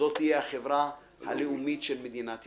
שזו תהיה החברה הלאומית של מדינת ישראל,